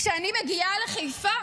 כשאני מגיעה לחיפה